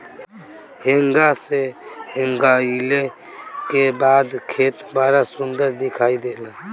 हेंगा से हेंगईले के बाद खेत बड़ा सुंदर दिखाई देला